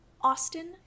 Austin